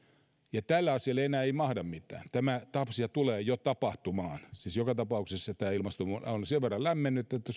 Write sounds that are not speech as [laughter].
ja tälle asialle enää ei mahda mitään tämä asia tulee jo tapahtumaan siis joka tapauksessa tämä ilmasto on sen verran lämmennyt että [unintelligible]